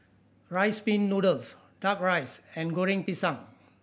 Rice Pin Noodles Duck Rice and Goreng Pisang